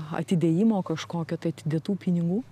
atidėjimo kažkokio tai atidėtų pinigų